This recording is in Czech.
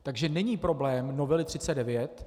Takže není problém novely 39.